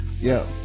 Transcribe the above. Yo